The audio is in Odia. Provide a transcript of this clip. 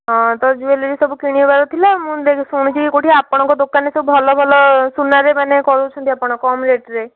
ହଁ ତ ଜୁଏଲେରୀ ସବୁ କିଣିବାର ଥିଲା ମୁଁ ଯେହେତୁ ଶୁଣିଛି କେଉଁଠି ଆପଣଙ୍କ ଦୋକାନରେ ସବୁ ଭଲଭଲ ସୁନାରେ ମାନେ କରୁଛନ୍ତି ଆପଣ କମ୍ ରେଟରେ